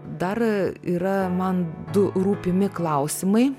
dar yra man du rūpimi klausimai